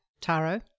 Taro